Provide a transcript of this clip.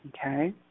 Okay